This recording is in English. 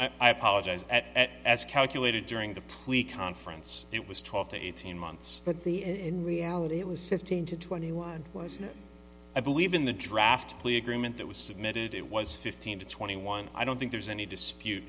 was i apologize as calculated during the plea conference it was twelve to eighteen months at the end in reality it was fifteen to twenty one was i believe in the draft plea agreement that was submitted it was fifteen to twenty one i don't think there's any dispute